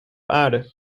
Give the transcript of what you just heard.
aarde